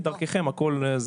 דרככם הכול.